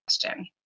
question